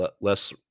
less